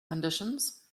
conditions